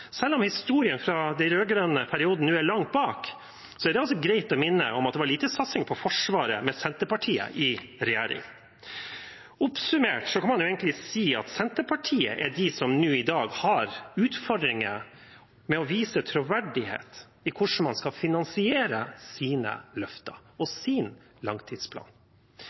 Selv om historien fra den rød-grønne perioden nå er langt bak, er det greit å minne om at det var lite satsing på Forsvaret med Senterpartiet i regjering. Oppsummert kan man egentlig si at Senterpartiet er de som nå i dag har utfordringer med å vise troverdighet i hvordan man skal finansiere sine løfter og sin langtidsplan.